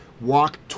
Walk